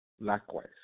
likewise